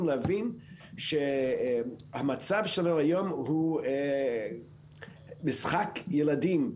להבין שהמצב שלנו היום הוא "משחק ילדים",